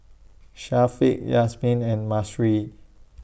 Syafiq Yasmin and Mahsuri